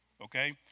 okay